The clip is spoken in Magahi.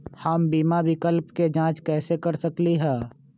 हम बीमा विकल्प के जाँच कैसे कर सकली ह?